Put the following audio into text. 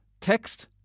text